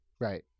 Right